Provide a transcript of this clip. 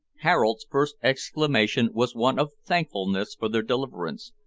harold's first exclamation was one of thankfulness for their deliverance,